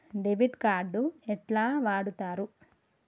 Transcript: Debit card ఎట్లా వాడుతరు?